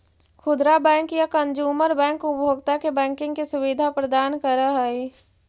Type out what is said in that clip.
खुदरा बैंक या consumer bank उपभोक्ता के बैंकिंग के सुविधा प्रदान करऽ हइ